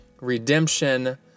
redemption